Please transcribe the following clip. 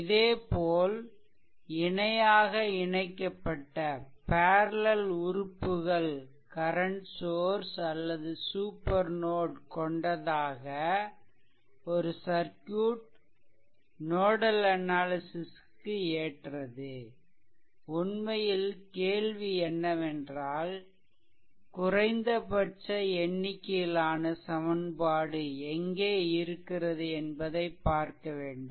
இதேபோல் இணையாக இணைக்கப்பட்ட உறுப்புகள் கரன்ட் சோர்ஸ் அல்லது சூப்பர் நோட் கொண்ட ஒரு சர்க்யூட் நோடல் அனாலிசிஷ் கு ஏற்றது உண்மையில் கேள்வி என்னவென்றால் குறைந்தபட்ச எண்ணிக்கையிலான சமன்பாடு எங்கே இருக்கிறது என்பதைப் பார்க்க வேண்டும்